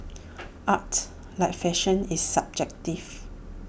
art like fashion is subjective